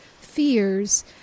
fears